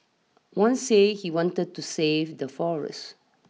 one said he wanted to save the forests